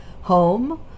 Home